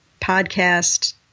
podcast